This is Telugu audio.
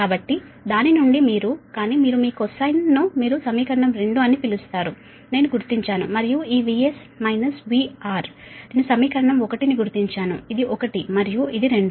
కాబట్టి దాని నుండి మీరు కానీ మీరు మీ cosine ను మీరు సమీకరణం 2 అని పిలుస్తారు నేను గుర్తించాను మరియు ఈ VS VR నేను సమీకరణం 1 ను గుర్తించాను ఇది 1 మరియు ఇది 2